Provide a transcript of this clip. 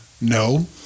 no